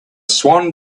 swan